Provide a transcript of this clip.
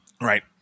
right